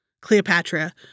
Cleopatra